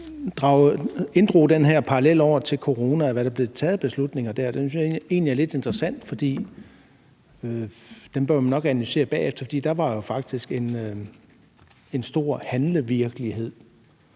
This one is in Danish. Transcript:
ordføreren den her parallel til corona, og hvad der blev taget af beslutninger der. Det synes jeg egentlig er lidt interessant, for det bør man nok analysere bagefter. Der var jo faktisk en stor handlevillighed.